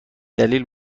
دلیل